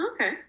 Okay